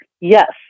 yes